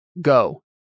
Go